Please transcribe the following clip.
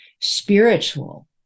spiritual